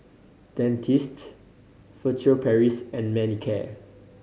Dentiste Furtere Paris and Manicare